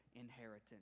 inheritance